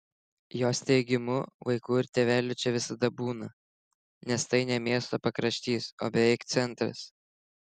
jos teigimu vaikų ir tėvelių čia visada būna nes tai ne miesto pakraštys o beveik centras